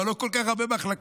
אבל לא כל כך הרבה מחלקות.